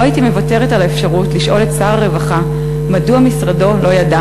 לא הייתי מוותרת על האפשרות לשאול את שר הרווחה מדוע משרדו לא ידע